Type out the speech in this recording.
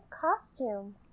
costume